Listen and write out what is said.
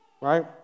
right